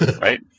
right